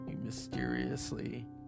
mysteriously